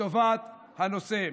לטובת הנושא.